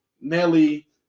Nelly